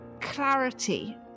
clarity